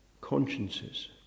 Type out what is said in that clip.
Consciences